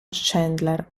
chandler